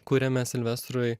kuriame silvestrui